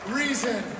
reason